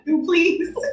please